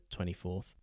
24th